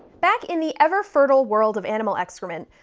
back in the ever-fertile world of animal excrement,